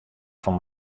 fan